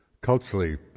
culturally